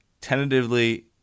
tentatively